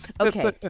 Okay